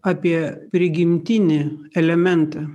apie prigimtinį elementą